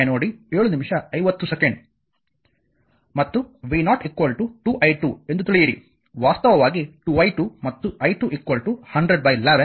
ಮತ್ತು v0 2 i2 ಎಂದು ತಿಳಿಯಿರಿ ವಾಸ್ತವವಾಗಿ 2 i2 ಮತ್ತು i2 10011